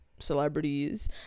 celebrities